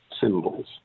symbols